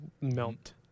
melt